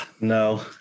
No